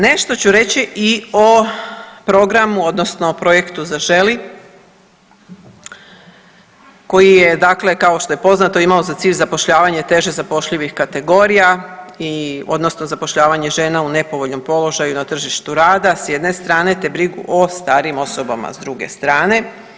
Nešto ću reći i o programu odnosno programu „Zaželi“ koji je dakle kao što je poznato imao za cilj zapošljavanje teže zapošljivih kategorija i odnosno zapošljavanje žena u nepovoljnom položaju na tržištu rada s jedne strane te brigu o starijim osobama s druge strane.